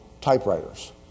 typewriters